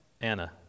Anna